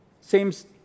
seems